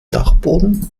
dachboden